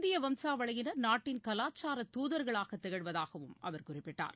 இந்தியவம்சாவளியினர் நாட்டின் கலாச்சாரதூதர்களாகதிகழ்வதாகவும் அவர் குறிப்பிட்டார்